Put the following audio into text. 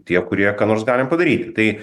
tie kurie ką nors galim padaryti tai